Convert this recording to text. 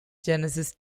genesis